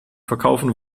verkaufen